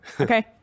okay